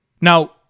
Now